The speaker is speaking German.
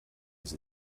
sie